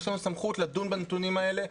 יש לנו סמכות לדון בנתונים האלה,